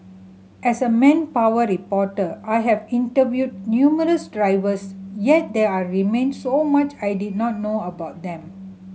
as a manpower reporter I have interviewed numerous drivers yet there remained so much I did not know about them